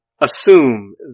assume